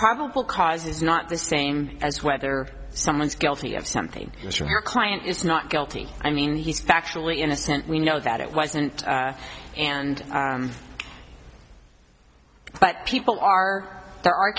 probable cause is not the same as whether someone is guilty of something that your client is not guilty i mean he's factually innocent we know that it wasn't and but people are there are